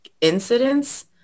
incidents